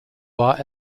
war